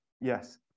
Yes